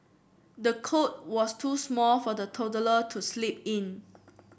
the cot was too small for the toddler to sleep in